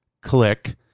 click